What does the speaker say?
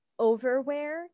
overwear